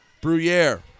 Bruyere